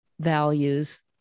values